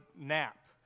nap